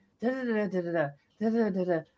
da-da-da-da-da-da-da-da-da-da-da